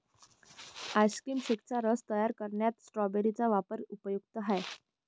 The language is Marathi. आईस्क्रीम शेकचा रस तयार करण्यात स्ट्रॉबेरी चा वापर उपयुक्त आहे